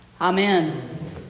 Amen